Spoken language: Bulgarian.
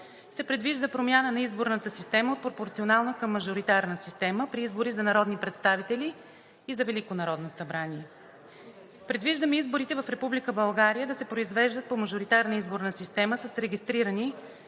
се предвижда промяна на изборната система от пропорционална към мажоритарна система при избори за народни представители и за Велико народно събрание. Предвиждаме изборите в Република България да се произвеждат по мажоритарна изборна система с регистрирани